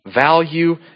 value